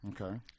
Okay